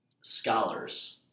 scholars